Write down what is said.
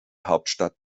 hauptstadt